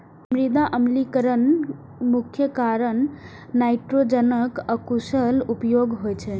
मृदा अम्लीकरणक मुख्य कारण नाइट्रोजनक अकुशल उपयोग होइ छै